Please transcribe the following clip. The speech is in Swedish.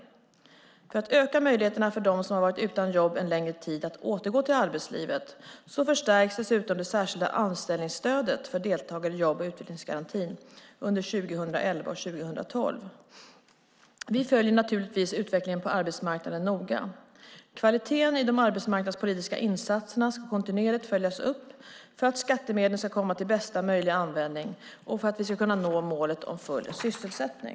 För att öka möjligheterna för dem som har varit utan jobb en längre tid att återgå till arbetslivet förstärks dessutom det särskilda anställningsstödet för deltagare i jobb och utvecklingsgarantin under 2011 och 2012. Vi följer naturligtvis utvecklingen på arbetsmarknaden noga. Kvaliteten i de arbetsmarknadspolitiska insatserna ska kontinuerligt följas upp för att skattemedlen ska komma till bästa möjliga användning och för att vi ska kunna nå målet om full sysselsättning.